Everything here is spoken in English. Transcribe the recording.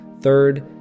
Third